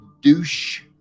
Douche